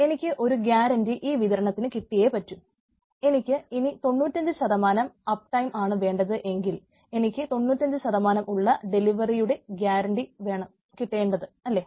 എനിക്ക് ഒരു ഗ്യാരണ്ടി ആണ് വേണ്ടതെങ്കിൽ എനിക്ക് 95 ഉള്ള ഡെലിവറിയുടെ ഗ്യാരണ്ടി വേണം കിട്ടേണ്ടത് അല്ലേ